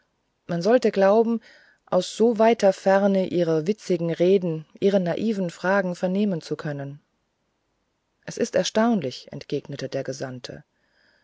man sollte glauben aus so weiter ferne ihre witzigen reden ihre naiven fragen vernehmen zu können es ist erstaunlich entgegnete der gesandte